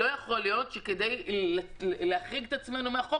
לא יכול להיות שכדי להחריג את עצמנו מן החוק